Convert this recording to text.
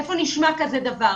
איפה נשמע כזה דבר?